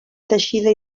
teixida